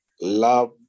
love